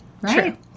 Right